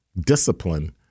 discipline